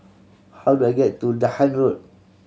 how do I get to Dahan Road